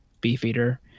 Beefeater